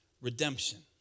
redemption